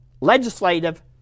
legislative